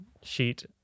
sheet